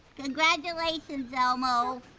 congratulations elmo.